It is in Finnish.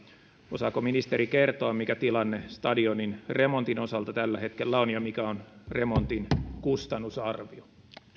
osaako ministeri kertoa mikä tilanne stadionin remontin osalta tällä hetkellä on ja mikä on remontin kustannusarvio